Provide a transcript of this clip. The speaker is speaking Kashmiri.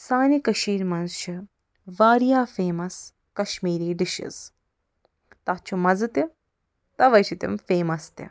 سانہِ کٔشیٖرِ منٛز چھِ واریاہ فیمس کشمیری ڈِشز تتھ چھُ مزٕ تہِ تَوَے چھِ تِم فیمس تہِ